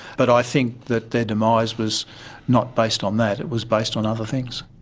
but i think that their demise was not based on that, it was based on other things.